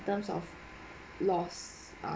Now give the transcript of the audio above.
terms of loss